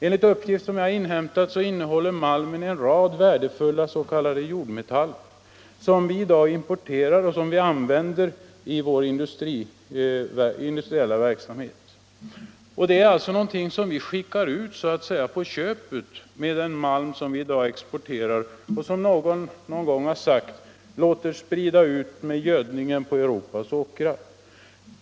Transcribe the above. Enligt uppgift innehåller den en rad värdefulla s.k. jordmetaller, som vi i dag importerar och använder i vår industriella verksamhet. Det är alltså någonting som vi skickar ut så att säga på köpet med den malm som vi i dag exporterar —- och, som någon har sagt, sprids ut med gödningen på Europas åkrar.